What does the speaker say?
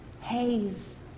haze